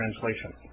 Translation